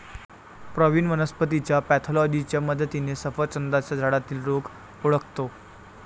प्रवीण वनस्पतीच्या पॅथॉलॉजीच्या मदतीने सफरचंदाच्या झाडातील रोग ओळखतो